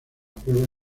prueba